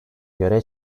göre